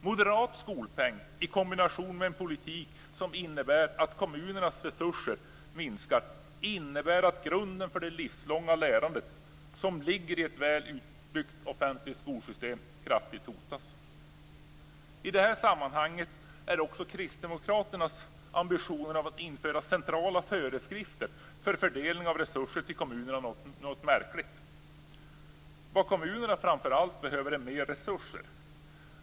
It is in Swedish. Moderat skolpeng i kombination med en politik som innebär att kommunernas resurser minskar innebär att grunden för det livslånga lärandet, som ligger i ett väl utbyggt offentligt skolsystem, kraftigt hotas. I det sammanhanget är också kristdemokraternas ambitioner om att införa centrala föreskrifter för fördelning av resurser till kommunerna något märkliga. Vad kommuner framför allt behöver är mer resurser.